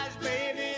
baby